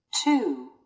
two